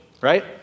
right